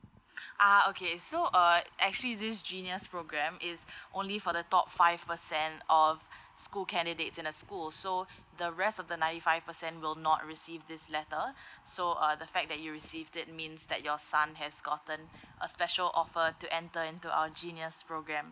ah okay so uh actually this genius programme is only for the top five percent of school candidates in the school so the rest of the ninety five percent will not receive this letter so uh the fact that you received it means that your son has gotten a special offer to enter into our genius programme